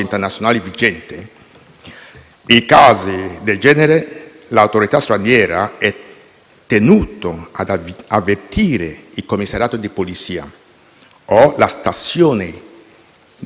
in casi del genere l'Autorità straniera è tenuta ad avvertire il commissariato di Polizia o la stazione dei Carabinieri di zona;